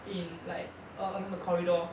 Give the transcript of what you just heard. in like a~ along the corridor